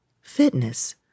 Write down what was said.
Fitness